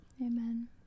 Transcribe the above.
Amen